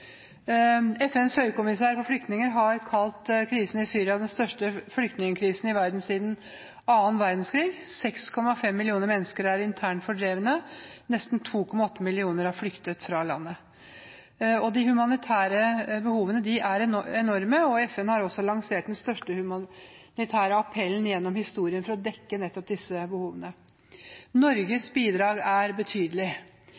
FNs høykommissær for flyktninger har kalt krisen i Syria for den største flyktningkrisen i verden siden annen verdenskrig. 6,5 millioner mennesker er internt fordrevne, nesten 2,8 millioner har flyktet fra landet. De humanitære behovene er enorme, og FN har også lansert den største humanitære appellen gjennom historien for å dekke nettopp disse behovene.